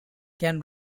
can